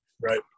Right